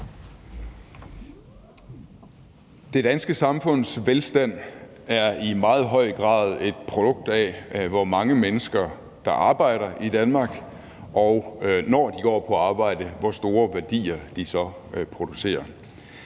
Det danske samfunds velstand er i meget høj grad et produkt af, hvor mange mennesker der arbejder i Danmark, og hvor store værdier de så producerer,